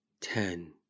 Ten